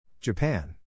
Japan